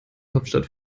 hauptstadt